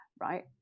right